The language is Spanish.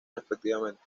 respectivamente